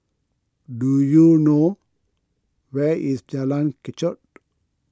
do you know where is Jalan Kechot